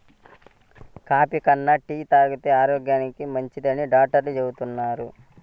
coffee కన్నా tea తాగితేనే ఆరోగ్యానికి మంచిదని డాక్టర్లు చెబుతున్నారు